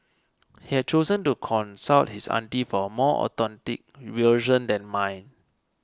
he has chosen to consult his auntie for a more authentic version than mine